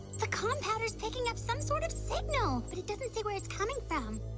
the compound is picking up some sort of signal, but it doesn't say where it's coming from